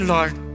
Lord।